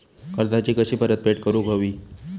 कर्जाची कशी परतफेड करूक हवी?